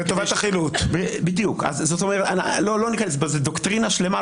זה דוקטרינה שלמה,